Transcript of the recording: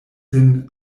sin